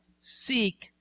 seek